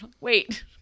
Wait